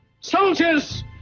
Soldiers